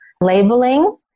labeling